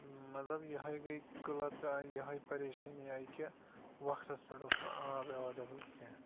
مطلب یِہَے گٔیہِ قلت آیہِ یِہَے پریشانی آیہِ کہِ وقتس پٮ۪ٹھ اوس نہَ آب ایٚویلیبِل کیٚنٛہہ